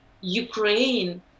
ukraine